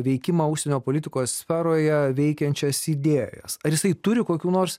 veikimą užsienio politikos sferoje veikiančias idėjas ar jisai turi kokių nors